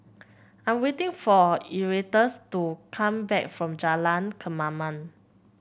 I'm waiting for Erastus to come back from Jalan Kemaman